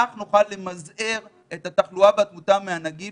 כך נוכל למזער את התחלואה והתמותה מהנגיף